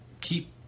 keep